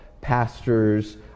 pastors